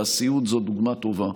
והסיעוד הוא דוגמה טובה.